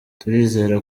turizera